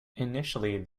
initially